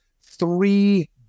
three